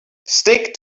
stick